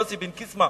רבי יוסי בן קיסמא,